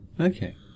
Okay